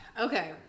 Okay